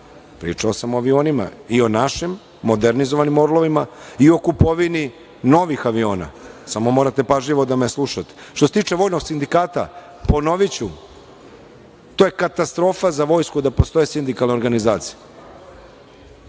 Pričao sam o avionima i o našim modernizovanim „Orlovima“ i o kupovini novih aviona. Samo morate pažljivo da me slušate. Što se tiče vojnog sindikata, ponoviću, to je katastrofa za vojsku da postoje sindikalne organizacije.